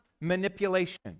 manipulation